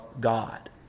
God